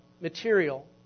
material